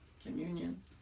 Communion